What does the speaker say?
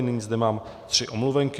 Nyní zde mám tři omluvenky.